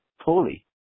poorly